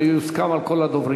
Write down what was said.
אם זה יוסכם על כל הדוברים.